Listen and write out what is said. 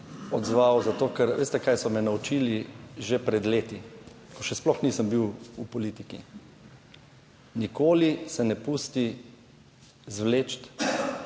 odzval, zato ker... Veste, kaj so me naučili že pred leti, ko še sploh nisem bil v politiki? Nikoli se ne pusti izvleči